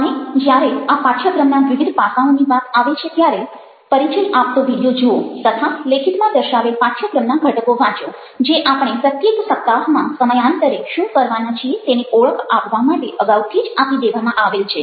અને જ્યારે આ પાઠ્યક્રમના વિવિધ પાસાંઓની વાત આવે છે ત્યારે પરિચય આપતો વિડીયો જુઓ તથા લેખિતમાં દર્શાવેલ પાઠ્યક્રમના ઘટકો વાંચો જે આપણે પ્રત્યેક સપ્તાહમાં સમયાંતરે શું કરવાના છીએ તેની ઓળખ આપવા માટે અગાઉથી જ આપી દેવામાં આવેલ છે